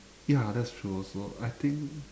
ya that's true also I think